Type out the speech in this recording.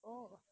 oh